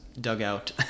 dugout